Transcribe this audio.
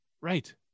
right